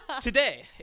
Today